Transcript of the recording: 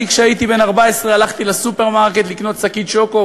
כשהייתי בן 14 הלכתי לסופרמרקט לקנות שקית שוקו,